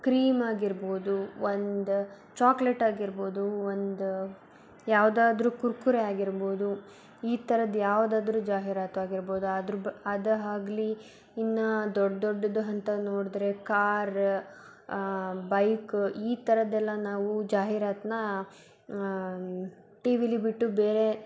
ಕ್ರೀಮಾಗಿರ್ಬೋದು ಒಂದು ಚಾಕ್ಲೆಟಾಗಿರ್ಬೋದು ಒಂದು ಯಾವುದಾದ್ರೂ ಕುರ್ಕುರೆ ಆಗಿರ್ಬೋದು ಈ ಥರದ ಯಾವ್ದಾದ್ರೂ ಜಾಹೀರಾತು ಆಗಿರ್ಬೋದು ಅದ್ರ ಬ್ ಅದು ಆಗ್ಲಿ ಇನ್ನು ದೊಡ್ಡ ದೊಡ್ಡದು ಅಂತ ನೋಡಿದ್ರೆ ಕಾರ ಬೈಕ ಈ ಥರದ್ದೆಲ್ಲ ನಾವು ಜಾಹೀರಾತನ್ನ ಟಿ ವಿಲಿ ಬಿಟ್ಟು ಬೇರೆ